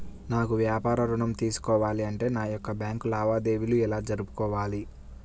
నాకు వ్యాపారం ఋణం తీసుకోవాలి అంటే నా యొక్క బ్యాంకు లావాదేవీలు ఎలా జరుపుకోవాలి?